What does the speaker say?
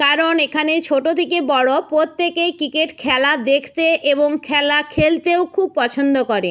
কারণ এখানে ছোট থেকে বড় প্রত্যেকেই ক্রিকেট খেলা দেখতে এবং খেলা খেলতেও খুব পছন্দ করে